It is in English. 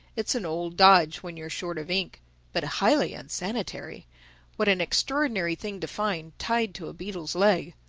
it's an old dodge when you're short of ink but highly unsanitary what an extraordinary thing to find tied to a beetle's leg!